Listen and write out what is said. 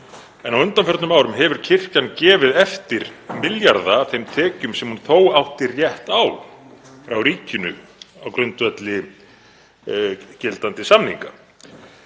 en á undanförnum árum hefur kirkjan gefið eftir milljarða af þeim tekjum sem hún þó átti rétt á frá ríkinu á grundvelli gildandi samninga.